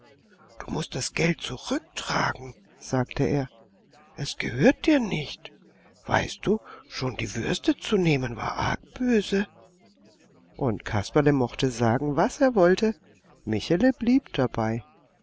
du mußt das geld zurücktragen sagte er es gehört dir nicht weißt du schon die würste zu nehmen war arg böse und kasperle mochte sagen was er wollte michele blieb dabei